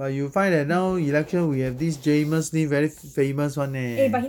but you find that now election we have this jamus lim very famous [one] eh